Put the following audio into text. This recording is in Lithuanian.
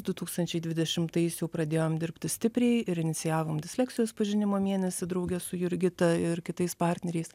du tūkstančiai dvidešimtais jau pradėjom dirbti stipriai inicijavom disleksijos pažinimo mėnesį drauge su jurgita ir kitais partneriais